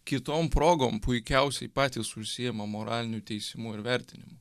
kitom progom puikiausiai patys užsiima moraliniu teisimu ir vertinimu